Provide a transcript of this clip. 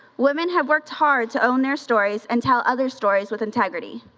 women have worked hard to own their stories and tell other stories with integrity.